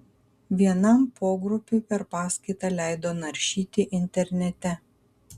vienam pogrupiui per paskaitą leido naršyti internete